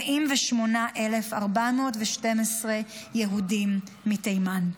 48,412 יהודים מתימן.